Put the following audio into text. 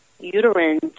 uterine